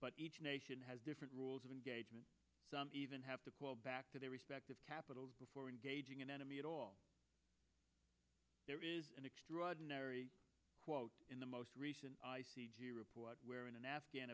but each nation has different rules of engagement some even have to call back to their respective capitals before engaging an enemy at all there is an extraordinary quote in the most recent report where in an afghan